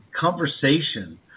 conversation